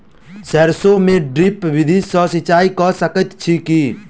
सैरसो मे ड्रिप विधि सँ सिंचाई कऽ सकैत छी की?